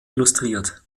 illustriert